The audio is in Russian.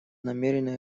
намерены